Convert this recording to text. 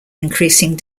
increasing